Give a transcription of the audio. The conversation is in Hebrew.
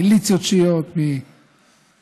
מליציות שיעיות מצ'צ'ניה,